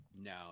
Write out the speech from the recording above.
No